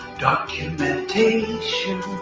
Documentation